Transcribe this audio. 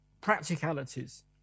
practicalities